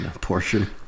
portion